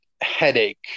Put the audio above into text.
headache